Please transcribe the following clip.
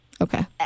okay